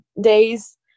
days